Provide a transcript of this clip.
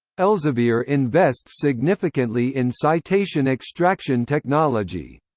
elsevier invests significantly in citation extraction technology.